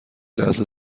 لحظه